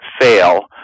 fail